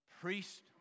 priest